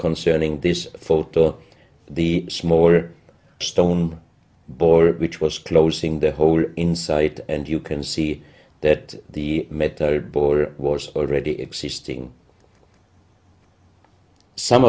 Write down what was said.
concerning this photo the smaller stone bore which was closing the hole inside it and you can see that the method border wars already existing some